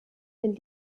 den